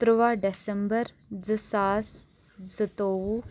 تُرٛواہ ڈیٚسَمبَر زٕ ساس زٕتوٚوُہ